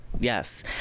Yes